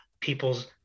people's